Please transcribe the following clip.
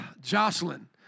Jocelyn